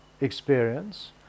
experience